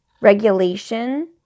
regulation